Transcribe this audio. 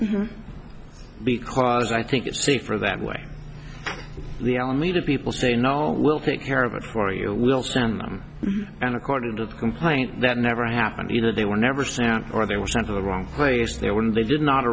d because i think it's safer that way the alameda people say no we'll take care of it for you we'll send them and according to the complaint that never happened either they were never sound or they were sent to the wrong place there when they did not